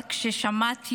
אבל כששמעתי